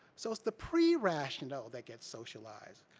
so it's the pre-rational that gets socialized,